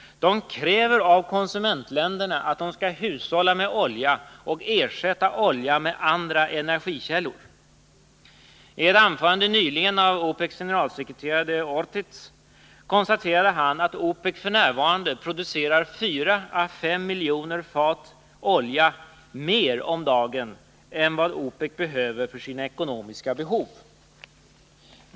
De kräver av konsumentländerna att dessa skall hushålla med olja och ersätta den med andra energikällor. I ett anförande nyligen av OPEC:s generalsekreterare Ortiz konstaterade denne att OPEC f. n. producerar 4 å 5 miljoner fat olja mer om dagen än vad ” OPEC behöver för sina ekonomiska behov.